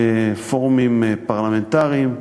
בפורומים פרלמנטריים.